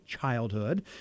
childhood